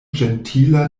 ĝentila